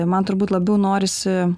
ir man turbūt labiau norisi